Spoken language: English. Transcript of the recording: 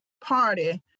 Party